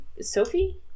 Sophie